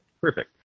Perfect